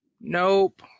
nope